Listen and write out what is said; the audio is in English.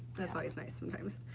that's why it's nice sometimes.